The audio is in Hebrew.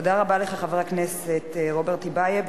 תודה רבה לך, חבר הכנסת רוברט טיבייב.